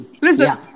Listen